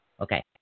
Okay